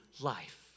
life